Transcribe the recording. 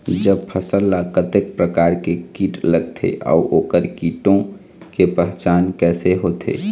जब फसल ला कतेक प्रकार के कीट लगथे अऊ ओकर कीटों के पहचान कैसे होथे?